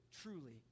truly